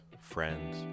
friends